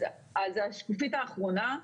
השקופית האחרונה.